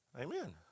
Amen